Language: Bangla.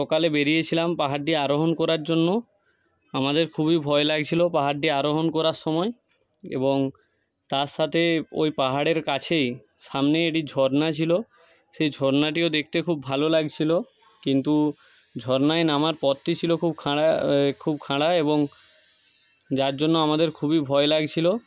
সকালে বেরিয়েছিলাম পাহাড়টি আরোহণ করার জন্য আমাদের খুবই ভয় লাগছিলো পাহাড়টি আরোহণ করার সময় এবং তার সাথে ওই পাহাড়ের কাছেই সামনেই একটি ঝর্ণা ছিলো সেই ঝর্নাটিও দেখতে খুব ভালো লাগছিলো কিন্তু ঝর্ণায় নামার পথটি ছিলো খুব খাঁড়া খুব খাঁড়াই এবং যার জন্য আমাদের খুবই ভয় লাগছিলো